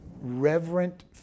reverent